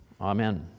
amen